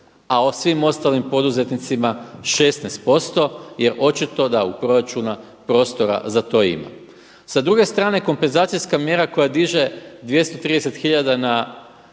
a svim ostalim poduzetnicima 16% jer očito da u proračunu prostora za to ima. Sa druge strane kompenzacijska mjera koja diže 230